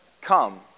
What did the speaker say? come